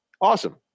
awesome